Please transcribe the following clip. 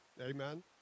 Amen